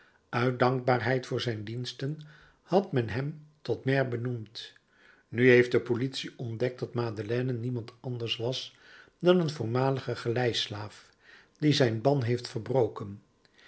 uit dankbaarheid voor zijn diensten had men hem tot maire benoemd nu heeft de politie ontdekt dat madeleine niemand anders was dan een voormalige galeislaaf die zijn ban heeft verbroken